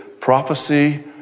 prophecy